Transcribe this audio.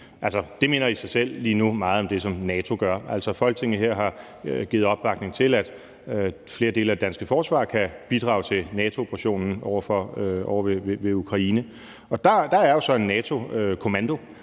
det minder i sig selv lige nu meget om det, som NATO gør. Folketinget her har givet opbakning til, at flere dele af det danske forsvar kan bidrage til NATO-operationen ved Ukraine, og der er jo så en NATO-kommando,